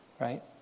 right